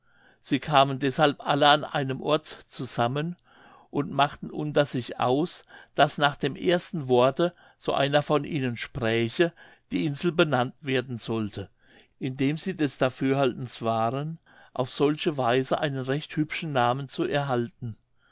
sie kamen deshalb alle an einem ort zusammen und machten unter sich aus daß nach dem ersten worte so einer von ihnen spräche die insel benannt werden sollte indem sie des dafürhaltens waren auf solche weise einen recht hübschen namen zu erhalten